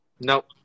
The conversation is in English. nope